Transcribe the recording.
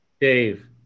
Dave